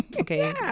okay